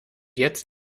jetzt